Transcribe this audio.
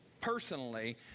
personally